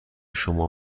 شما